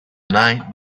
night